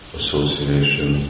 association